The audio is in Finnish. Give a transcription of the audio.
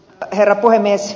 herra puhemies